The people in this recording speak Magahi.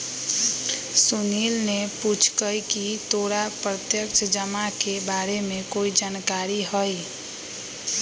सुनील ने पूछकई की तोरा प्रत्यक्ष जमा के बारे में कोई जानकारी हई